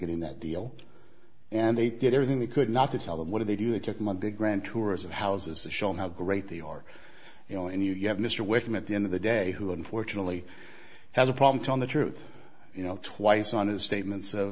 getting that deal and they did everything they could not to tell them what do they do they took money the grand tours of houses to show how great they are you know and you have mr wickham at the end of the day who unfortunately has a problem telling the truth you know twice on his statements of